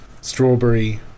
strawberry